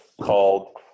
called